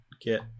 get